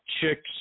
chicks